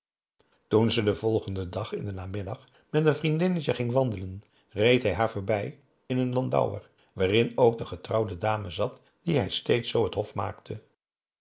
toen ze den volgenden dag in den namiddag met een vriendinnetje ging wandelen reed hij haar voorbij in een landauer waarin ook de getrouwde dame zat die hij steeds zoo het hof maakte